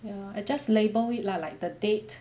ya I just label it lah like the date